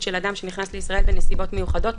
(להלן - החוק),